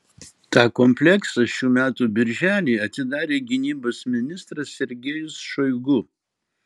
tą kompleksą šių metų birželį atidarė gynybos ministras sergejus šoigu